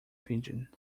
pigeon